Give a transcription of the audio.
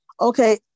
Okay